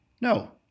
no